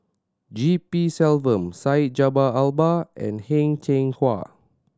G P Selvam Syed Jaafar Albar and Heng Cheng Hwa